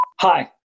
Hi